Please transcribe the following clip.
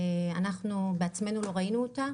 אנחנו בעצמנו לא ראינו אותה,